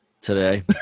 today